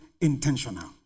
intentional